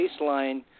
baseline